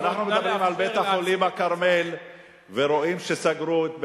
נא לאפשר גם לחבר הכנסת להציג את ההצעה.